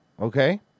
okay